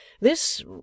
This